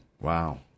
Wow